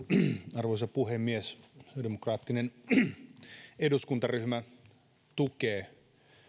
arvoisa puhemies sosiaalidemokraattinen eduskuntaryhmä tukee